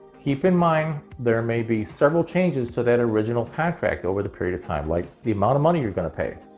keep in mind, there may be several changes to that original contract over the period of time. like the amount of money you're gonna pay.